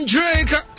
Drake